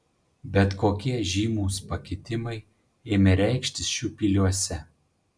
bet kokie žymūs pakitimai ėmė reikštis šiupyliuose